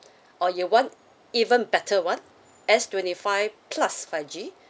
or your want even better one S twenty five plus five G